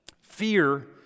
Fear